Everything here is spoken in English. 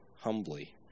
humbly